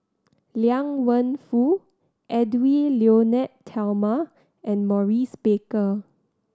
Liang Wenfu Edwy Lyonet Talma and Maurice Baker